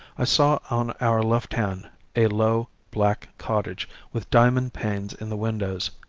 i saw on our left hand a low, black cottage, with diamond panes in the windows,